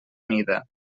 mida